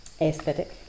aesthetic